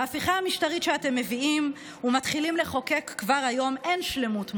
בהפיכה המשטרית שאתם מביאים ומתחילים לחוקק כבר היום אין שלמות מוסרית,